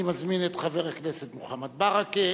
אני מזמין את חבר הכנסת מוחמד ברכה,